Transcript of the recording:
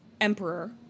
emperor